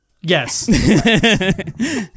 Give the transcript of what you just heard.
Yes